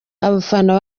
abafana